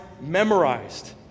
memorized